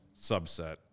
subset